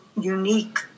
unique